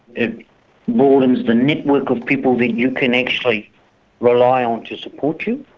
it broadens the network of people that you can actually rely on to support you,